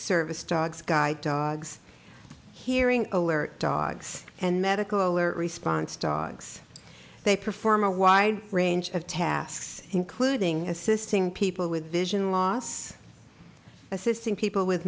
service dogs guide dogs hearing alert dogs and medical alert response dogs they perform a wide range of tasks including assisting people with vision loss assisting people with